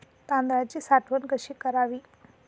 तांदळाची साठवण कशी करावी?